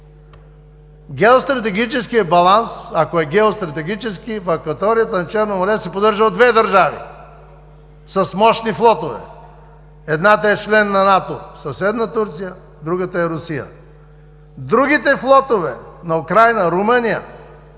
Геостратегическият баланс, ако е геостратегически, в акваторията на Черно море се поддържа от две държави с мощни флотове. Едната е член на НАТО – съседна Турция, другата е Русия. Другите флотове – на Украйна, Румъния